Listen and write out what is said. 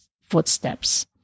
footsteps